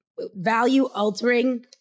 value-altering